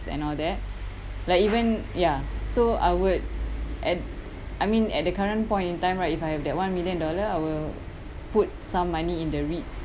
and all that like even ya so I would and I mean at the current point in time right if I have that one million dollar I will put some money in the ritz